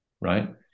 right